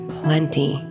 plenty